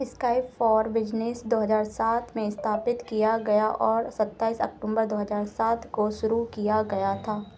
Skype for business दो हजार सात में स्थापित किया गया था और सत्ताईस अक्टूबर दो हजार सात को शुरू किया गया था